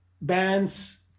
bands